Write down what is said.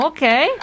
Okay